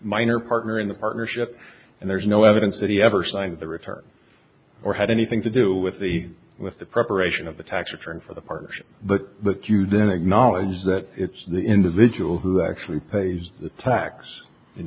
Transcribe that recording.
minor partner in the partnership and there's no evidence that he ever signed the return or had anything to do with the with the preparation of the tax return for the partnership but that you then acknowledge that it's the individual who actually pays the tax and